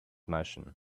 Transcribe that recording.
motion